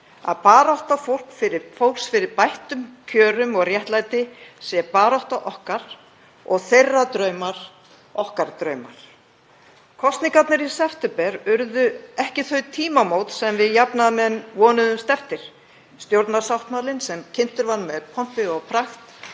Að barátta fólks fyrir bættum kjörum og réttlæti sé barátta okkar og þeirra draumar okkar draumar. Kosningarnar í september urðu ekki þau tímamót sem við jafnaðarmenn vonuðumst eftir. Stjórnarsáttmálinn, sem kynntur var með pompi og pragt,